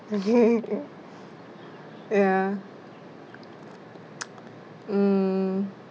okay ya mm